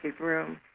room